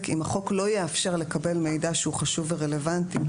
אם החוק לא יאפשר לקבל מידע שהוא חשוב ורלוונטי,